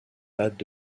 datent